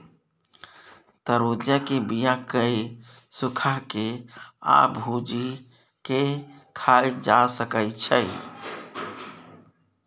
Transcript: तरबुज्जा के बीया केँ सुखा के आ भुजि केँ खाएल जा सकै छै